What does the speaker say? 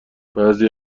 بعضی